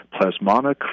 Plasmonic